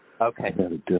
Okay